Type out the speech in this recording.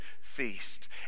feast